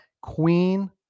queen